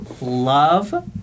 love